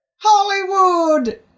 Hollywood